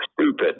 stupid